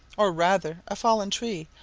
or rather a fallen tree,